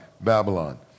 Babylon